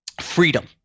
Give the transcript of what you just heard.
freedom